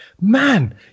man